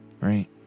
Right